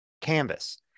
canvas